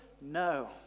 No